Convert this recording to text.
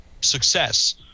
success